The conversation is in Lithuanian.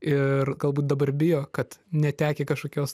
ir galbūt dabar bijo kad netekę kažkokios